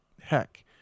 heck